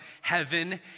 heaven